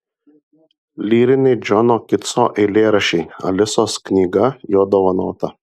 lyriniai džono kitso eilėraščiai alisos knyga jo dovanota